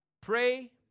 Pray